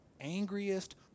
angriest